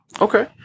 Okay